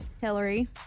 Hillary